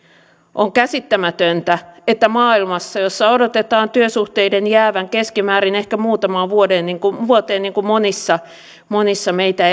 on käsittämätöntä että maailmassa jossa odotetaan työsuhteiden jäävän keskimäärin ehkä muutamaan vuoteen niin kuin monissa monissa meitä